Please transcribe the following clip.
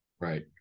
right